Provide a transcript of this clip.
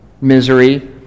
misery